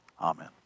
Amen